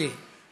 (אומר בערבית: